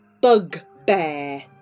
Bugbear